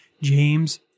James